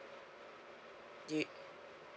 do you